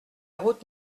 route